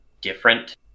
different